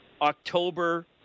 October